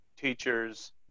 teachers